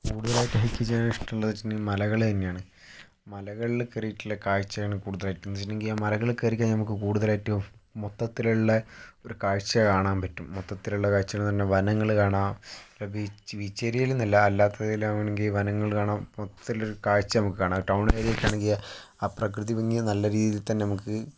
കൂടുതലായിട്ട് ഹൈക്ക് ചെയ്യാൻ ഇഷ്ടമുള്ളതെന്ന് വെച്ചുകഴിഞ്ഞാൽ മലകള് തന്നെയാണ് മലകളില് കയറിയിട്ടുള്ള കാഴ്ചയാണ് കൂടുതലായിട്ടും എന്തെന്ന് വെച്ചിട്ടുണ്ടെങ്കിൽ ആ മലകളിൽ കയറികഴിഞ്ഞാൽ നമുക്ക് കൂടുതലായിട്ടും മൊത്തത്തിലുള്ള ഒരു കാഴ്ച കാണാൻ പറ്റും മൊത്തത്തിലുള്ള കാഴ്ചകളെന്ന് പറഞ്ഞാൽ വനങ്ങള് കാണാം ഇപ്പം ബീച്ച് ബീച്ചേരിയല് എന്നല്ല അല്ലാത്തതിലാണങ്കിൽ വനങ്ങള് കാണാം മൊത്തത്തിലൊരു കാഴ്ച നമുക്ക് കാണാം ടൗണേരിയ ഒക്കെ ആണെങ്കിൽ ആ പ്രകൃതി ഭംഗി നല്ല രീതിയില് തന്നെ നമുക്ക്